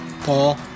Paul